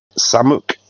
Samuk